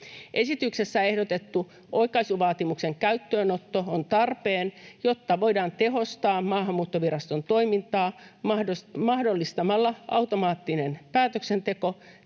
Esityksessä ehdotettu oikaisuvaatimuksen käyttöönotto on tarpeen, jotta voidaan tehostaa Maahanmuuttoviraston toimintaa mahdollistamalla automaattinen päätöksenteko